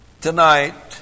Tonight